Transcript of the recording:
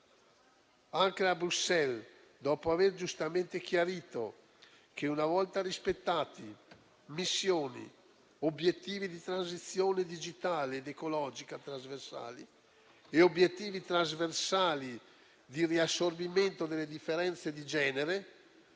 Anche a Bruxelles, dopo aver giustamente chiarito che, una volta rispettati missioni, obiettivi di transizione digitale ed ecologica trasversali e obiettivi trasversali di riassorbimento delle differenze di genere